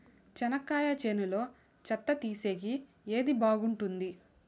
చెనక్కాయ చేనులో చెత్త తీసేకి ఏది బాగుంటుంది?